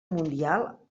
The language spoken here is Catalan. mundial